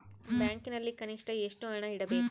ಬ್ಯಾಂಕಿನಲ್ಲಿ ಕನಿಷ್ಟ ಎಷ್ಟು ಹಣ ಇಡಬೇಕು?